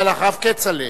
ואחריו, כצל'ה,